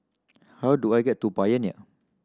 how do I get to Pioneer